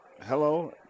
hello